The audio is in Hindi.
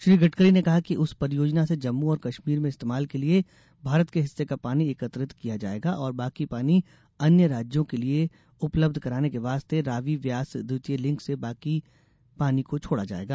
श्री गड़करी ने कहा कि उस परियोजना से जम्मू और कश्मीर में इस्तेमाल के लिए भारत के हिस्से का पानी एकत्रित किया जाएगा और बाकी पानी अन्य राज्यों के लिए पानी उपलब्ध् कराने के वास्ते रावी ब्यास द्वितीय लिंक से बाकी पानी को छोड़ा जाएगा